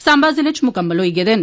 सांबा जिले च मुकम्मल होई गेदे न